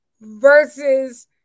versus